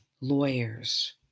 lawyers